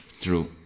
True